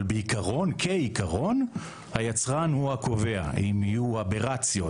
אבל בעיקרון כעיקרון היצרן הוא הקובע אם יהיו אברציות,